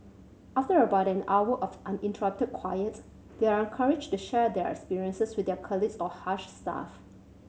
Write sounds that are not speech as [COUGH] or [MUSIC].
after about an hour of uninterrupted [UNINTELLIGIBLE] they are encouraged to share their experiences with their colleagues or Hush staff